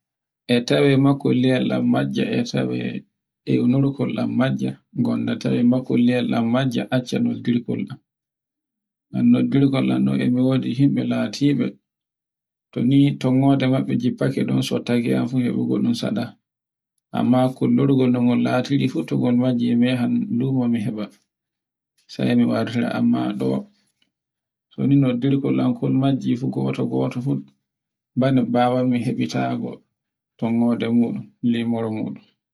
e tawe makolliyel am majja e tawe ewnikol am majja, gonda tawe makulliyel am majja acca unbil am. Ngam noddirgel am e mi wodi himbe latibe toni to ngode mabbe jiffake sotta jia fu ɗun saɗa. Amma kullurgol am tongol latiri fu to ngol majji mi yahai lumo mi heba sai mi wartira amma ɗo, so ni noddirkol am majji fo goto goto fu bane mbawi mi habe tago tonmode muɗun limornde mum.